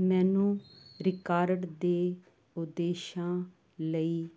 ਮੈਨੂੰ ਰਿਕਾਰਡ ਦੇ ਉਦੇਸ਼ਾਂ ਲਈ